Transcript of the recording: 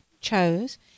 chose